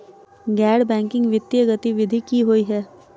गैर बैंकिंग वित्तीय गतिविधि की होइ है?